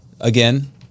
again